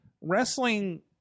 wrestling